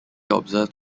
observed